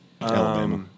Alabama